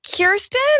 Kirsten